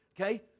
Okay